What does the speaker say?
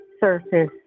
surface